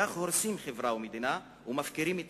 כך הורסים חברה ומדינה ומפקירים את